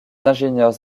ingénieurs